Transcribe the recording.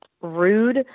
rude